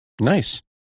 Nice